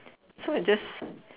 so you just